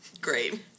Great